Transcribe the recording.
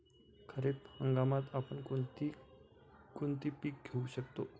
खरीप हंगामात आपण कोणती कोणती पीक घेऊ शकतो?